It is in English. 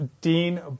Dean